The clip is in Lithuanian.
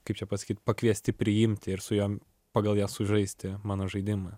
kaip čia pasakyt pakviesti priimti ir su juom pagal jas sužaisti mano žaidimą